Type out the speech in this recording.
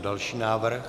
Další návrh.